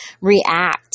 react